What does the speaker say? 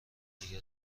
دیگر